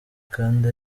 kandi